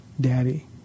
Daddy